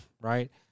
right